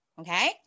okay